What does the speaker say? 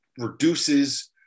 reduces